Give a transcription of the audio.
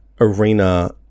arena